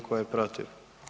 Tko je protiv?